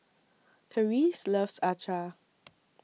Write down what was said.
Therese loves Acar